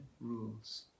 rules